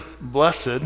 blessed